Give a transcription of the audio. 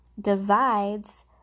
divides